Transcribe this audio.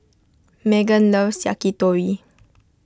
Meggan loves Yakitori